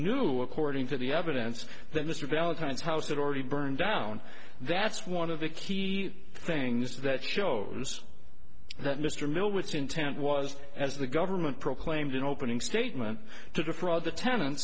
knew according to the evidence that mr valentine's house had already burned down that's one of the key things that shows that mr mill which intent was as the government proclaimed in opening statement to